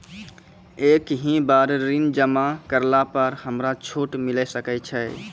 एक ही बार ऋण जमा करला पर हमरा छूट मिले सकय छै?